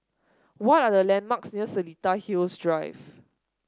what are the landmarks near Seletar Hills Drive